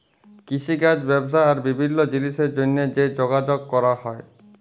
কিষিকাজ ব্যবসা আর বিভিল্ল্য জিলিসের জ্যনহে যে যগাযগ ক্যরা হ্যয়